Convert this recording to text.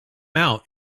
out